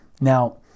Now